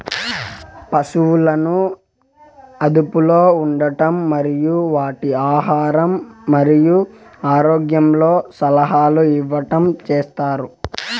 పసువులను అదుపులో ఉంచడం మరియు వాటి ఆహారం మరియు ఆరోగ్యంలో సలహాలు ఇవ్వడం చేత్తారు